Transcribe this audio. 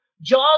Jaws